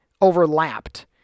overlapped